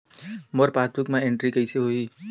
मोर passbook मा entry कइसे होही?